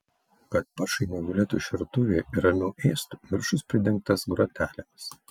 kad paršai negulėtų šertuvėje ir ramiau ėstų viršus pridengtas grotelėmis